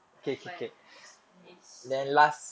but it's ya